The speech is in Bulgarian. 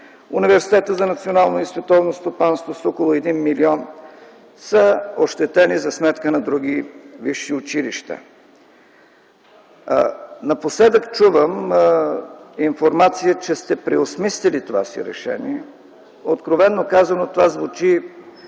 Университетът за национално и световно стопанство – с около 1 млн. лв. са ощетени за сметка на други висши училища? Напоследък чувам информация, че сте преосмислили това си решение. Откровено казано, това звучи